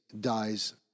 dies